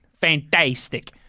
Fantastic